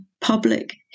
public